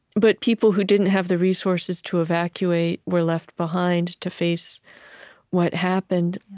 but people who didn't have the resources to evacuate were left behind to face what happened.